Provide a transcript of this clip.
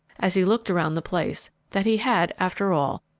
as he looked around the place, that he had, after all,